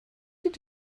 did